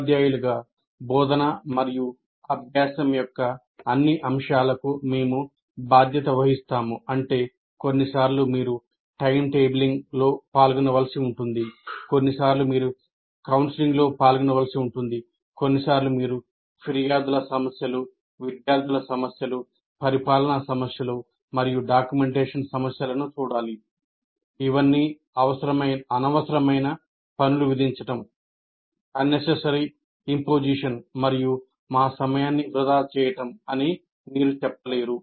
ఉపాధ్యాయులుగా బోధన మరియు అభ్యాసం యొక్క అన్ని అంశాలకు మేము బాధ్యత వహిస్తాము అంటే కొన్నిసార్లు మీరు టైమ్టేబ్లింగ్ మరియు మా సమయాన్ని వృథా చేయడం అని మీరు చెప్పలేరు